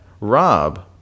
Rob